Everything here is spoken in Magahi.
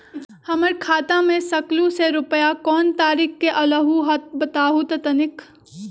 हमर खाता में सकलू से रूपया कोन तारीक के अलऊह बताहु त तनिक?